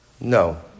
No